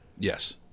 yes